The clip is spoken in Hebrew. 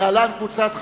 להלן: קבוצת חד"ש.